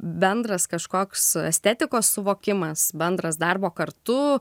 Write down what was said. bendras kažkoks estetikos suvokimas bendras darbo kartu